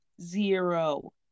Zero